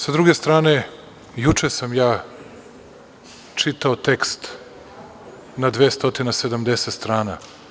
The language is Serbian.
Sa druge strane, juče sam ja čitao tekst na 270 strana.